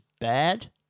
bad